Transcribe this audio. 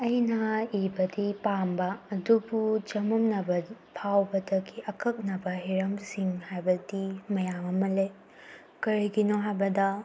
ꯑꯩꯅ ꯏꯕꯗꯤ ꯄꯥꯝꯕ ꯑꯗꯨꯕꯨ ꯆꯃꯝꯅꯕ ꯐꯥꯎꯕꯗꯒꯤ ꯑꯀꯛꯅꯕ ꯍꯤꯔꯝꯁꯤꯡ ꯍꯥꯏꯕꯗꯤ ꯃꯌꯥꯝ ꯑꯃ ꯂꯩ ꯀꯔꯤꯒꯤꯅꯣ ꯍꯥꯏꯕꯗ